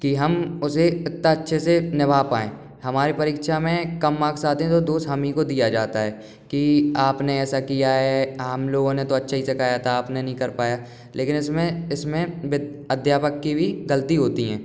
कि हम उसे इतना अच्छे से निभा पाएँ हमारे परीक्षा में कम मार्क्स आते हैं तो दोष हम ही को दिया जाता है कि आपने ऐसा किया है हम लोगों ने तो अच्छा ही सिखाया था आपने नहीं कर पाया लेकिन इसमें इसमें अध्यापक की भी गलती होती हैं